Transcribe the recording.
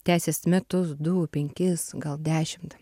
tęsis metus du penkis gal dešimt